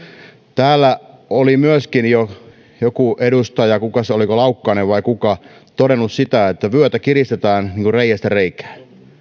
täällä oli myöskin jo joku edustaja kukahan se oli oliko laukkanen vai kuka todennut sen että vyötä kiristetään reiästä reikään